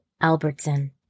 Albertson